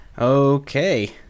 Okay